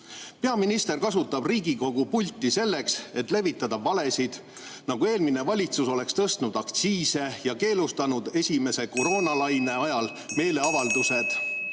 Peaminister kasutab Riigikogu pulti selleks, et levitada valesid, nagu eelmine valitsus oleks tõstnud aktsiise ja keelustanud esimese koroonalaine ajal meeleavaldused.